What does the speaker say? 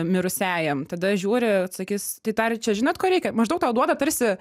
mirusiajam tada žiūri sakys tai dar čia žinot ko reikia maždaug tau duoda tarsi